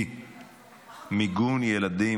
כי מיגון ילדים,